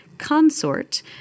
consort